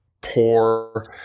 poor